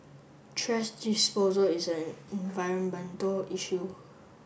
trash disposal is an environmental issue